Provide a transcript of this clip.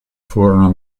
furono